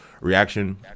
Reaction